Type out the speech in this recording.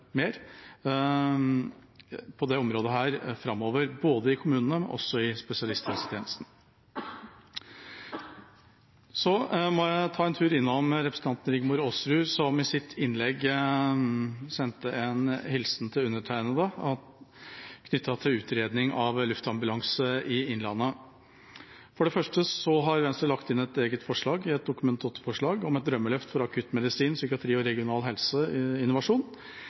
på dette området framover, både i kommunene og i spesialisthelsetjenesten. Så må jeg ta en tur innom representanten Rigmor Aasrud, som i sitt innlegg sendte en hilsen til undertegnede knyttet til utredning av luftambulanse i Innlandet. For det første har Venstre lagt inn et eget forslag, et Dokument 8-forslag, om et drømmeløft for akuttmedisin, psykiatri og regional helseinnovasjon.